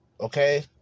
Okay